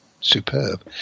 superb